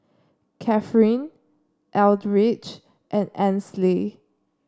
Cathryn Eldridge and Ansley